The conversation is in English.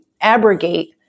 abrogate